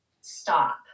stop